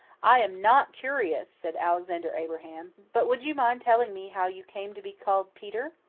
i am not curious, said alexander abraham, but would you mind telling me how you came to be called peter?